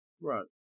Right